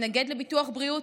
מתנגד לביטוח בריאות,